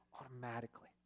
automatically